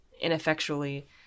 ineffectually